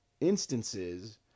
instances